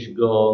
go